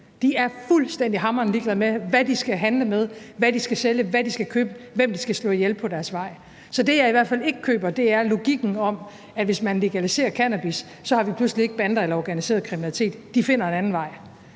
De er fuldstændig hamrende ligeglade med, hvad de skal handle med, hvad de skal sælge, hvad de skal købe, hvem de skal slå ihjel på deres vej. Så det, jeg i hvert fald ikke køber, er logikken om, at hvis man legaliserer cannabis, så har vi pludselig ikke bander eller organiseret kriminalitet. De finder en anden vej.